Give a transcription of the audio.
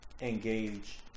engage